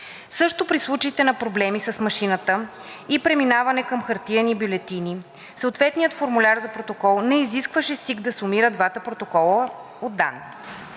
Също при случаите на проблеми с машината и преминаване към хартиени бюлетини съответният формуляр за протокол не изискваше СИК да сумира данните от двата